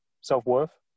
self-worth